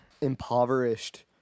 impoverished